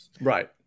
Right